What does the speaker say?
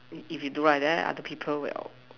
if you do like that other people will